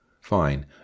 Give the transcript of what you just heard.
Fine